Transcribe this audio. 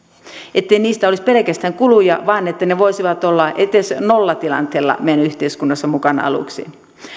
ettei heistä olisi pelkästään kuluja vaan että he voisivat olla edes nollatilanteella meidän yhteiskunnassamme mukana aluksi